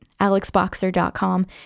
alexboxer.com